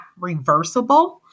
reversible